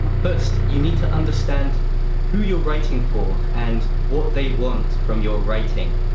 first, you need to understand who you're writing for and what they want from your writing.